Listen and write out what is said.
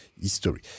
history